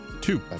Two